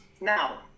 now